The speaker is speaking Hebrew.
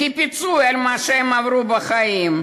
כפיצוי על מה שהם עברו בחיים.